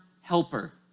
helper